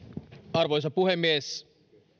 arvoisa puhemies